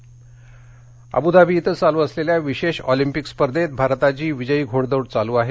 विशेष Olympic Abu Dhabi इथं चालू असलेल्या विशेष ऑलिम्पिक स्पर्धेत भारताची विजयी घोडदौड चालू आहे